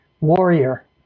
warrior